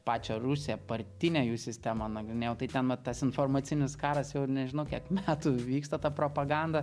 pačią rusiją partinę jų sistemą nagrinėjau tai ten vat tas informacinis karas jau nežinau kiek metų vyksta ta propaganda